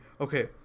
Okay